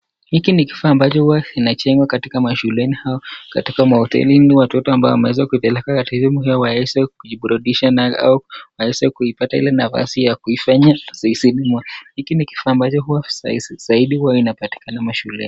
Hiki ni kifaa ambacho huwa kinajengwa katika mashuleni au katika mahotelini watoto wameweza kuipeleka katika sehemu hii waweze kujiburudisha nayo au waweze kuipata ile nafasi ya kuifanya zoezi . Hiki ni kifaa ambacho huwa inapatikana mashuleni .